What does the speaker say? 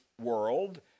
world